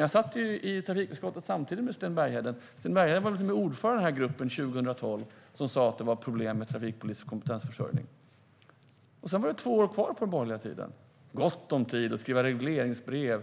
Jag satt i trafikutskottet tillsammans med Sten Bergheden, och han var till och med ordförande i gruppen som 2012 sa att det var problem med trafikpolisens kompetensförsörjning. Sedan var det två år kvar av den borgerliga regeringstiden. Det fanns alltså gott om tid att skriva regleringsbrev